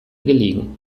gelegen